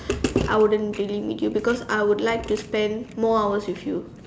I wouldn't really meet you because I would like to spend more hours with you